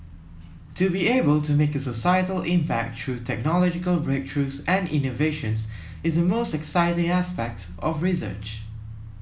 to be able to make a societal impact through technological breakthroughs and innovations is the most exciting aspect of research